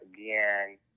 again